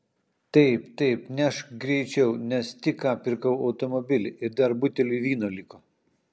taip taip nešk greičiau nes tik ką pirkau automobilį ir dar buteliui vyno liko